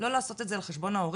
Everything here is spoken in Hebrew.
לא לעשות את זה על חשבון ההורים.